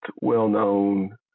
well-known